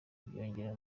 byiyongera